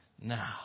now